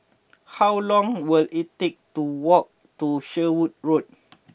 how long will it take to walk to Sherwood Road